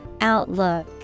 Outlook